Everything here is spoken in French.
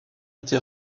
été